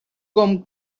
com